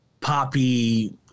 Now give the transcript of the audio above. Poppy